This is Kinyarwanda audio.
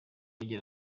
agira